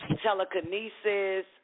telekinesis